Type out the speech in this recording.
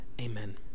Amen